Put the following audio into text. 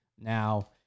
Now